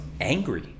angry